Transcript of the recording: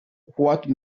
what